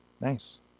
Nice